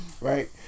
right